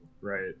right